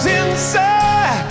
inside